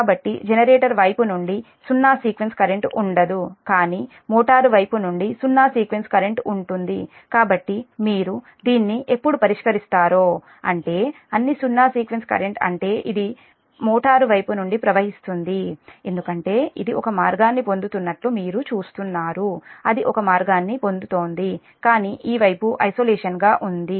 కాబట్టి జనరేటర్ వైపు నుండి సున్నా సీక్వెన్స్ కరెంట్ ఉండదు కానీ మోటారు వైపు నుండి సున్నా సీక్వెన్స్ కరెంట్ ఉంటుంది కాబట్టి మీరు దీన్ని ఎప్పుడు పరిష్కరిస్తారో అంటే అన్ని సున్నా సీక్వెన్స్ కరెంట్ అంటే అది మోటారు వైపు నుండి ప్రవహిస్తుంది ఎందుకంటే ఇది ఒక మార్గాన్ని పొందుతున్నట్లు మీరు చూస్తున్నారు అది ఒక మార్గాన్ని పొందుతోంది కానీ ఈ వైపు ఐసోలేషన్ గా ఉంది